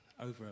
over